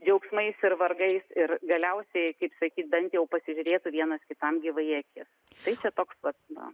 džiaugsmais ir vargais ir galiausiai kaip sakyt bent jau pasižiūrėtų vienas kitam gyvai į akis tai čia toks vat na